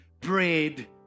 bread